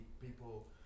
People